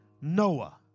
Noah